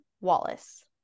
Wallace